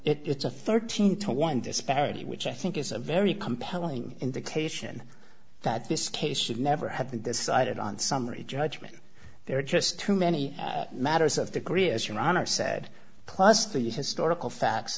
so it's a thirteen to one disparity which i think is a very compelling indication that this case should never have been decided on summary judgment there are just too many matters of degree as your honor said plus these historical facts